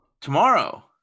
tomorrow